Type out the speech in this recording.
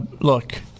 look